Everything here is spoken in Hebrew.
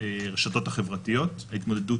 הרשתות החברתיות, ההתמודדות,